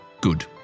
Good